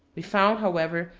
we found, however,